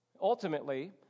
Ultimately